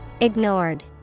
Ignored